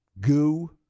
goo